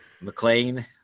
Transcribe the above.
McLean